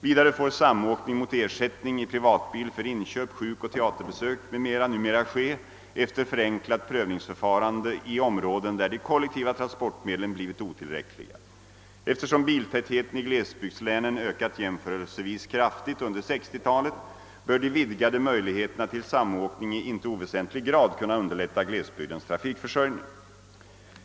Vidare får samåkning mot ersättning i privatbil för inköp, sjukoch teaterbesök m.m. numera ske efter förenklat prövningsförfarande i områden, där de kollektiva transportmedlen blivit otillräckliga. Eftersom biltätheten i glesbygdslänen ökat jämförelsevis kraftigt under 1960-talet, bör de vidgade möjligheterna till samåkning i inte oväsentlig grad kunna underlätta glesbygdens trafikförsörjning.